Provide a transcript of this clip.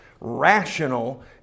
rational